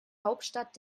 hauptstadt